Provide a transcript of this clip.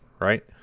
right